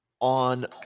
on